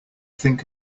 think